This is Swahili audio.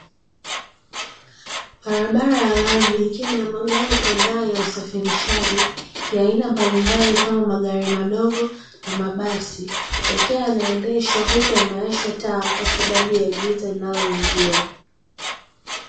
Barabara ya lami ikiwa na magari kadhaa ya usafirishaji, ya aina mbalimbali kama magari madogo na mabasi. Yakiwa yanaendeshwa huku yamewasha taa, kwa sababu ya giza linaloingia.